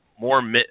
more